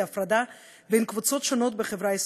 ומהפרדה בין קבוצות שונות בחברה הישראלית.